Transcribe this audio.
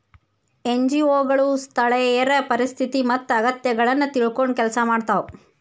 NGO ಗಳು ಸ್ಥಳೇಯರ ಪರಿಸ್ಥಿತಿ ಮತ್ತ ಅಗತ್ಯಗಳನ್ನ ತಿಳ್ಕೊಂಡ್ ಕೆಲ್ಸ ಮಾಡ್ತವಾ